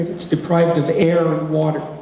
it's deprived of air of water.